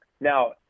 Now